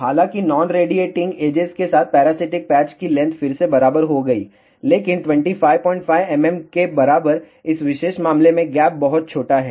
हालांकि non radiating edges के साथ पैरासिटिक पैच की लेंथ फिर से बराबर हो गई लेकिन 255 mm के बराबर इस विशेष मामले में गैप बहुत छोटा है